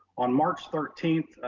on march thirteenth,